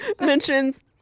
mentions